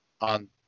on